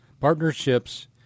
Partnerships